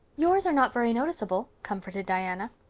yours are not very noticeable, comforted diana.